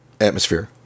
Atmosphere